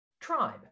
tribe